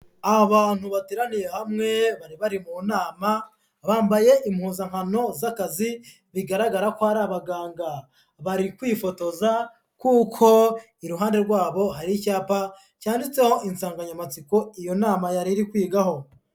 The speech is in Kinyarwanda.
Abantu bateraniye hamwe bari bari mu nama, bambaye impuzankano z'akazi bigaragara ko ari abaganga, bari kwifotoza kuko iruhande rwabo hari icyapa cyanditseho insanganyamatsiko iyo nama yari iri kwigaho.